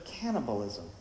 cannibalism